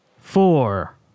four